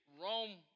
Rome